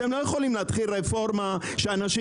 אתם לא יכולים להתחיל רפורמה שבה אנשים